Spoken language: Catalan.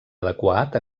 adequat